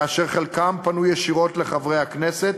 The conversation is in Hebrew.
כאשר חלקם פנו ישירות לחברי הכנסת